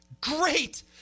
great